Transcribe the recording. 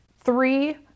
three